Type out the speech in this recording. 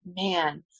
man